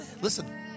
listen